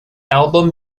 album